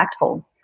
impactful